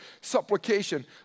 supplication